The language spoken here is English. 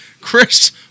Chris